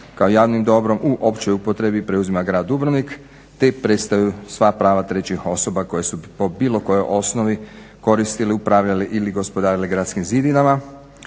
kao javnim dobrom u općoj upotrebi preuzima grad Dubrovnik te prestaju sva prava trećih osoba koje su po bilo kojoj osnovi koristile, upravljale ili gospodarile gradskim zidinama.